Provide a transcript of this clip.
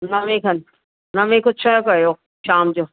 नवे खनि नवे खां छह कयो शाम जो